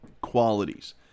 qualities